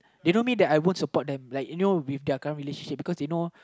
they know me that I won't support them like you know with their current relationship because they know